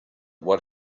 what